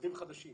עובדים חדשים.